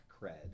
cred